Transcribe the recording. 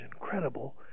incredible